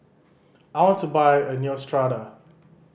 I want to buy Neostrata